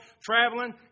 traveling